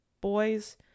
boys